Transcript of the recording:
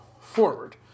forward